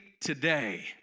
today